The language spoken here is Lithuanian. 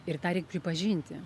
ir tą reik pripažinti